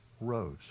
rose